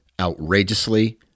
Outrageously